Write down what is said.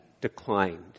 Declined